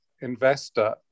investor